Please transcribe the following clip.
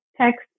text